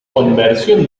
conversión